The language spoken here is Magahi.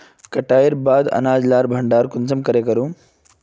कटाईर बाद अनाज लार भण्डार कुंसम करे करूम?